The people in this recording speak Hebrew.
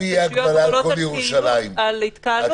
אם תהיה הגבלה על כל ירושלים, הכנסת